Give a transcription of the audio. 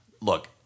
Look